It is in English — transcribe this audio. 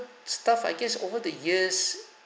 stuff I guess over the years